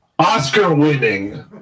Oscar-winning